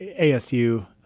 ASU